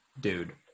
dude